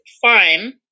fine